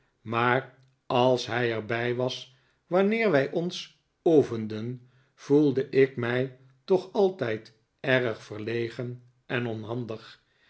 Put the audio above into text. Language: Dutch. maar als hij er bij was wanneer wij ons oefenden voelde ik mij toch altijd erg verlegen gn onhandig